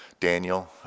Daniel